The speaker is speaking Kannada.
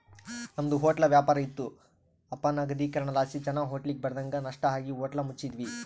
ನಮ್ದು ಹೊಟ್ಲ ವ್ಯಾಪಾರ ಇತ್ತು ಅಪನಗದೀಕರಣಲಾಸಿ ಜನ ಹೋಟ್ಲಿಗ್ ಬರದಂಗ ನಷ್ಟ ಆಗಿ ಹೋಟ್ಲ ಮುಚ್ಚಿದ್ವಿ